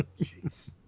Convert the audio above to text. Jeez